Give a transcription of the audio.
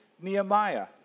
Nehemiah